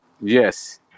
Yes